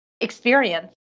experience